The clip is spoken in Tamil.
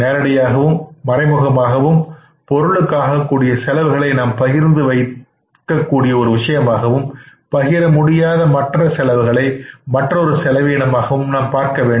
நேரடியாகவும் மறைமுகமாகவும் பொருளுக்காக கூடிய செலவுகளை நாம் பகிர்ந்து வைக்கக்கூடிய ஒரு விஷயமாகவும் பகிர முடியாத மற்ற செலவுகளை மற்றொரு செலவீனமாக நாம் பார்க்கவேண்டும்